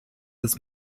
des